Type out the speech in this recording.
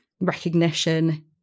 recognition